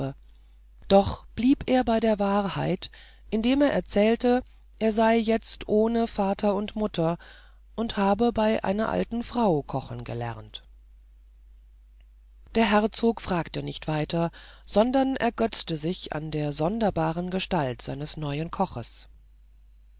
doch blieb er bei der wahrheit indem er erzählte er sei jetzt ohne vater und mutter und habe bei einer alten frau kochen gelernt der herzog fragte nicht weiter sondern ergötzte sich an der sonderbaren gestalt seines neuen koches